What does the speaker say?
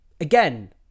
again